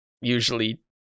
usually